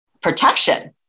protection